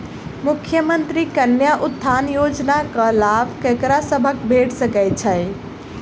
मुख्यमंत्री कन्या उत्थान योजना कऽ लाभ ककरा सभक भेट सकय छई?